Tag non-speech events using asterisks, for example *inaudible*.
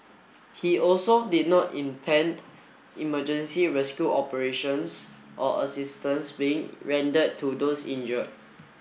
he also did not *unintelligible* emergency rescue operations or assistance being rendered to those injured